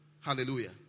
Hallelujah